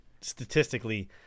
statistically